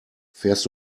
fährst